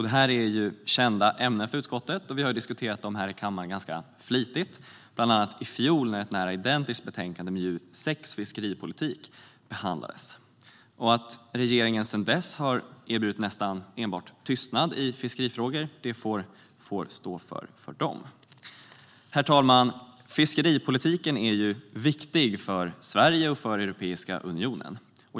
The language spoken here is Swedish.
Det här är kända ämnen för utskottet, och vi har diskuterat dem i den här kammaren ganska flitigt, bland annat i fjol när ett nära nog identiskt betänkande, MJU6 Fiskeripolitik , behandlades. Regeringen har sedan dess erbjudit nästan enbart tystnad i fiskerifrågor, vilket får stå för den. Herr talman! Fiskeripolitiken är viktig för Sverige och för Europeiska unionen.